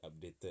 updated